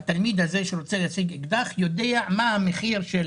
התלמיד הזה שרוצה להשיג אקדח יודע מה המחיר של